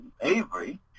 Avery